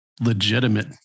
legitimate